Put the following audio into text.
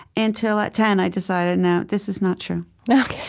until, at ten, i decided, no this is not true yeah ok